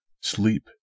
Sleep